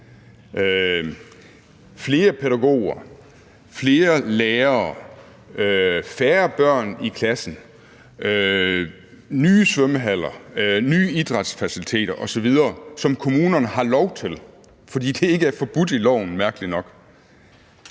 flere pædagoger, flere lærere, færre børn i klasserne, nye svømmehaller, nye idrætsfaciliteter osv. Det har kommunerne lov til, fordi det mærkeligt nok